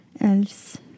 else